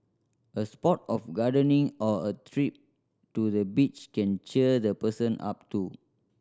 a spot of gardening or a trip to the beach can cheer the person up too